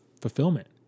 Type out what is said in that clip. fulfillment